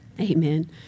Amen